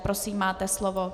Prosím, máte slovo.